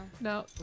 No